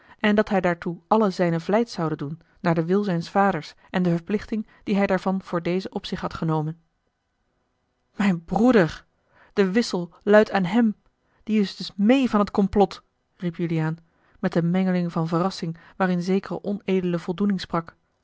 en dat hij daartoe alle zijne vlijt zoude doen naar den wil zijns vaders en de verplichting die hij daarvan voor dezen op zich had genomen mijn broeder de wissel luidt aan hem die is dus meê van t complot riep juliaan met eene mengeling van verrassing waarin zekere onedele voldoening sprak